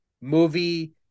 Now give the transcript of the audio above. movie